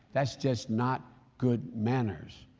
that's just not good manners.